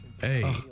Hey